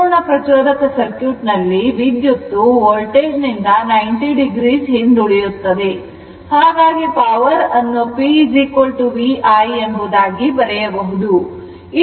ಪರಿಪೂರ್ಣ ಪ್ರಚೋದಕ ಸರ್ಕ್ಯೂಟ್ ನಲ್ಲಿ ವಿದ್ಯುತ್ತು ವೋಲ್ಟೇಜ್ ನಿಂದ 90 o ಹಿಂದುಳಿಯುತ್ತದೆ ಹಾಗಾಗಿ ಪವರ್ ಅನ್ನು p v i ಎಂಬುದಾಗಿ ಬರೆಯಬಹುದು